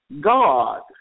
God